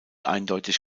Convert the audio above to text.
eindeutig